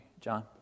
John